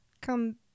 come